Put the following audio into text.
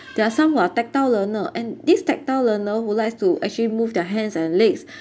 there are some who are tactile learner and this tactile learner who likes to actually move their hands and legs